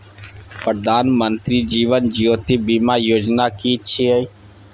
प्रधानमंत्री जीवन ज्योति बीमा योजना कि छिए?